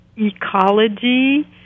Ecology